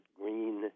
green